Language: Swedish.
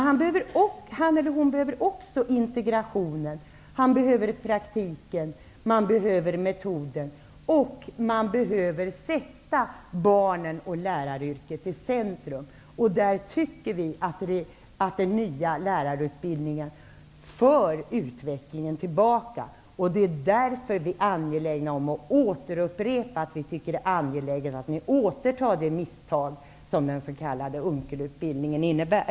Han eller hon behöver också integrationen, praktiken, metoden och förmågan att sätta barnen och läraryrket i centrum. Där tycker vi att den nya lärarutbildningen för utvecklingen tillbaka. Det är därför vi är angelägna om att rätta till det misstag som den s.k. Unckelutbildningen är.